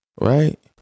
Right